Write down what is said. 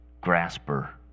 grasper